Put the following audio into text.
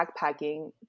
backpacking